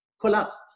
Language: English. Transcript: collapsed